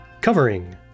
covering